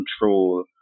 control